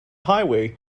highway